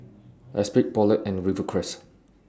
Esprit Poulet and Rivercrest